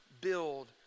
build